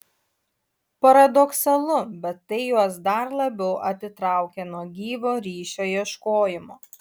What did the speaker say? paradoksalu bet tai juos dar labiau atitraukia nuo gyvo ryšio ieškojimo